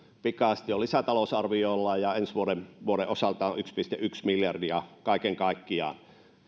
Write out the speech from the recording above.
pikaisesti jo lisätalousarviolla ja ensi vuoden vuoden osalta on yksi pilkku yksi miljardia kaiken kaikkiaan